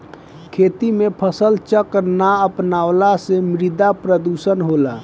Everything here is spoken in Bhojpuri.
खेती में फसल चक्र ना अपनवला से मृदा प्रदुषण होला